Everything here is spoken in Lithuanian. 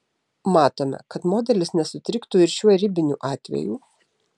matome kad modelis nesutriktų ir šiuo ribiniu atveju